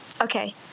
okay